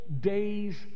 day's